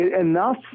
enough